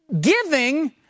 giving